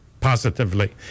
positively